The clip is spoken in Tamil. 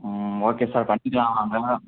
ம் ஓகே சார் பண்ணிக்கலாம் வாங்க